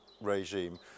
regime